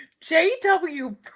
jw